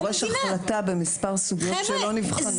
זה דורש החלטה במספר סוגיות שלא נבחנו.